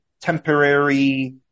temporary